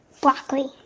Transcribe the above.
Broccoli